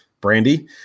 brandy